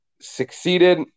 succeeded